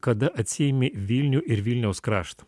kada atsiėmė vilnių ir vilniaus kraštą